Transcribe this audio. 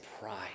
pride